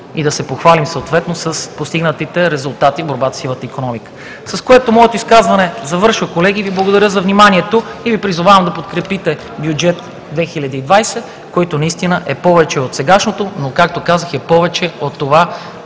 и да се похвалим съответно с постигнатите резултати в борбата със сивата икономика. С което моето изказване завършва, колеги, и Ви благодаря за вниманието. Призовавам Ви да подкрепите бюджет 2020, който наистина е повече от сегашното, но, както казах, е повече от това,